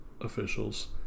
officials